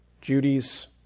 Judy's